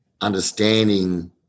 understanding